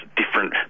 different